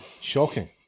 Shocking